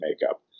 makeup